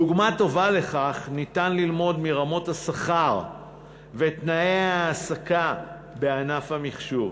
דוגמה טובה לכך היא רמות השכר ותנאי ההעסקה בענף המחשוב,